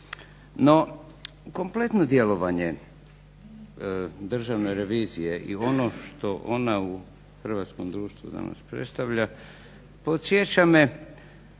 No, kompletno djelovanje Državne revizije i ono što ona u hrvatskom društvu za nas predstavlja, podsjeća me